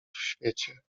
świecie